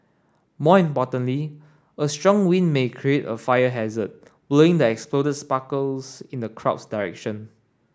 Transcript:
more importantly a strong wind may create a fire hazard blowing the exploded sparkles in the crowd's direction